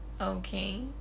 Okay